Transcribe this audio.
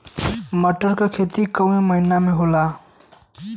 मटर क खेती कवन महिना मे होला?